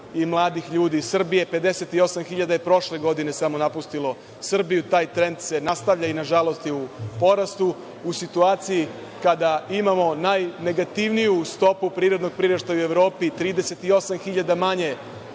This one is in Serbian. i mladih ljudi iz Srbije, 58.000 je prošle godine samo napustilo Srbiju, taj trend se nastavlja i nažalost je u porastu, u situaciji kada imamo najnegativniju stopu prirodnog priraštaja u Evropi, 38.000 manje